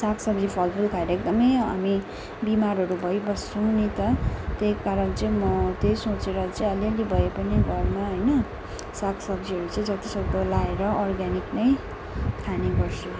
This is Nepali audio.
साग सब्जी फलफुल खाएर एकदमै हामी बिमारहरू भइबस्छौँ नि त त्यही कारण चाहिँ म त्यही सोचेर चाहिँ अलिअलि भए पनि घरमा होइन साग सब्जीहरू चाहिँ जतिसक्दो लाएर अर्ग्यानिक नै खाने गर्छु